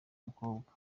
umukobwa